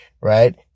Right